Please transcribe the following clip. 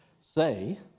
say